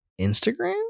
Instagram